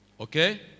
Okay